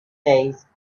days